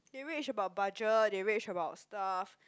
they rage about budget they rage about staff